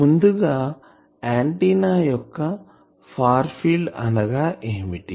ముందుగా ఆంటిన్నా యొక్క ఫార్ ఫీల్డ్ అనగా ఏమిటి